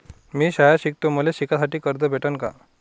मी शाळा शिकतो, मले शिकासाठी कर्ज भेटन का?